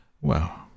Well